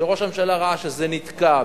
שראש הממשלה ראה שזה נתקע,